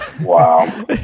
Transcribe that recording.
Wow